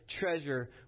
treasure